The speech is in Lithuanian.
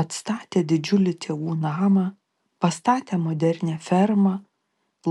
atstatė didžiulį tėvų namą pastatė modernią fermą